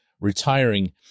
retiring